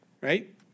Right